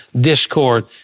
discord